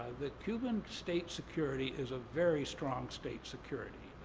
the cuban state security is a very strong state security.